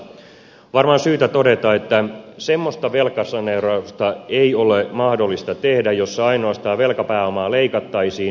on varmaan syytä todeta että semmoista velkasaneerausta ei ole mahdollista tehdä jossa ainoastaan velkapääomaa leikattaisiin ja thats all